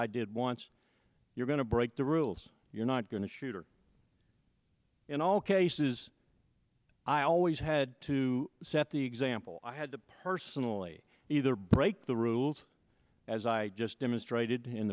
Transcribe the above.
i did once you're going to break the rules you're not going to shoot or in all cases i always had to set the example i had to personally either break the rules as i just demonstrated in